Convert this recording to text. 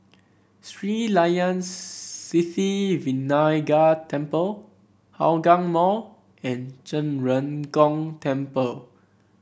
Sri Layan Sithi Vinayagar Temple Hougang Mall and Zhen Ren Gong Temple